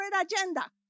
agenda